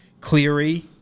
Cleary